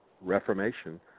reformation